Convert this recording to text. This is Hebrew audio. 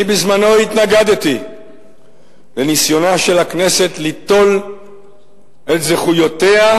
אני בזמנו התנגדתי לניסיונה של הכנסת ליטול את זכויותיה,